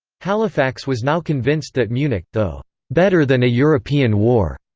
halifax was now convinced that munich, though better than a european war,